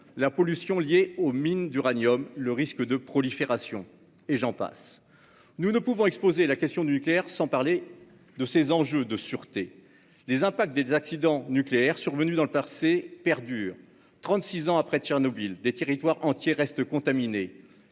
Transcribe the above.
la pollution liée aux mines d'uranium, le risque de prolifération, etc. Nous ne pouvons exposer la question du nucléaire sans parler des enjeux de sûreté. Les impacts des accidents nucléaires survenus dans le passé perdurent. Ainsi, trente-six ans après l'accident de Tchernobyl, des territoires entiers restent contaminés.